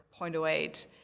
0.08